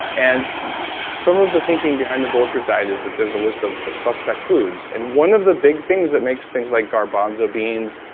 and some of the thinking behind the bulletproof diet is that there is a list of of suspect foods. and one of the big things that makes things like garbanzo beans,